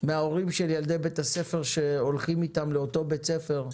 מההורים של ילדי בית הספר שהולכים איתם לאותו בית ספר,